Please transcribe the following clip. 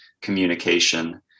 communication